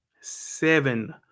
seven